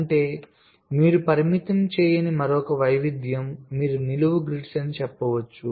అంటే మీరు పరిమితం చేయని మరొక వైవిధ్యం మీరు నిలువు గ్రిడ్ అని చెప్పవచ్చు